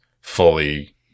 fully